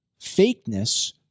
fakeness